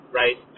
right